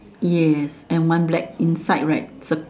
yes and one black inside right sup